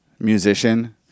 musician